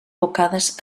bocades